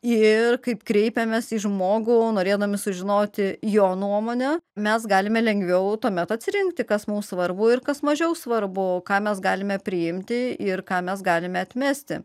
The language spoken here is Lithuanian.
ir kaip kreipiamės į žmogų norėdami sužinoti jo nuomonę mes galime lengviau tuomet atsirinkti kas mums svarbu ir kas mažiau svarbu ką mes galime priimti ir ką mes galime atmesti